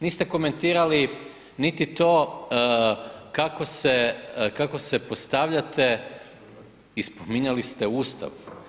Niste komentirali niti to kako se postavljate i spominjali ste Ustav.